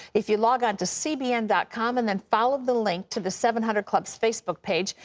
if you log onto cbn dot com and then follow the link to the seven hundred club's facebook page.